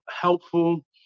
helpful